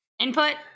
Input